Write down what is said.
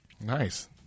Nice